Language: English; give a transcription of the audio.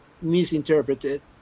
misinterpreted